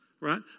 right